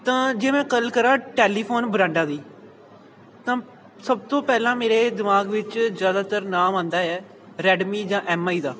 ਤਾਂ ਜੇ ਮੈਂ ਗੱਲ ਕਰਾਂ ਟੈਲੀਫੋਨ ਬਰਾਡਾਂ ਦੀ ਤਾਂ ਸਭ ਤੋਂ ਪਹਿਲਾਂ ਮੇਰੇ ਦਿਮਾਗ ਵਿੱਚ ਜ਼ਿਆਦਾਤਰ ਨਾਮ ਆਉਂਦਾ ਹੈ ਰੈਡਮੀ ਜਾਂ ਐਮ ਆਈ ਦਾ